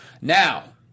Now